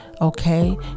Okay